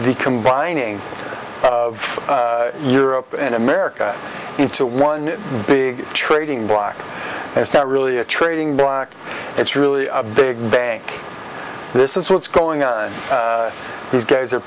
the combining of europe and america into one big trading block it's not really a trading block it's really a big bank this is what's going on these guys are